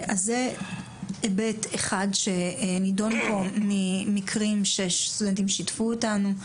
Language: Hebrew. אז זה היבט אחד שנדון פה ממקרים שסטודנטים שיתפו אותנו.